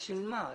אבל לשם מה?